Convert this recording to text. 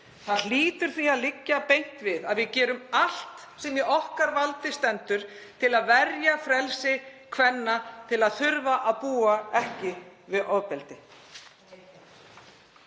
Það hlýtur því að liggja beint við að við gerum allt sem í okkar valdi stendur til að verja frelsi kvenna til að þurfa ekki að búa við ofbeldi.